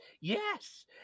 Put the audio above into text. yes